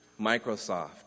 Microsoft